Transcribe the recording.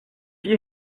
you